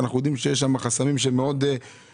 אנחנו יודעים שיש שם חסמים מאוד קשים.